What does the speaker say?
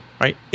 right